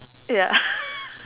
ya